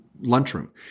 lunchroom